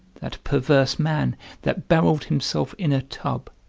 that perverse man that barrelled himself in a tub,